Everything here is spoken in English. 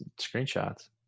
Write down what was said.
screenshots